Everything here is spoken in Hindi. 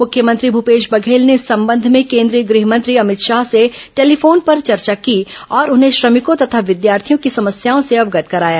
मुख्यमंत्री भूपेश बघेल ने इस संबंध में केंद्रीय गृह मंत्री अमित शाह से टेलीफोन पर चर्चा की और उन्हें श्रमिकों तथा विद्यार्थियों की समस्याओं से अवगत कराया